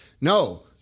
No